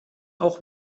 auch